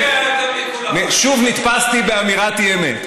שוב נתפסתי באמירת אי-אמת.